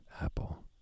apple